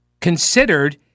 considered